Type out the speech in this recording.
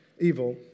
Evil